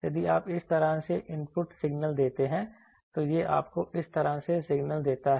यदि आप इस तरह से इनपुट सिग्नल देते हैं तो यह आपको इस तरह से सिग्नल देता है